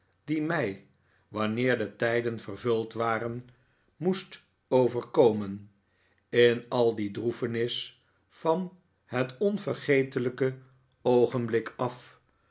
die mij wanneer de tijden vervuld waren moest overkomen in al die droefenis van het onvergetelijke oogendavid copperfield blik af